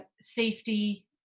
safety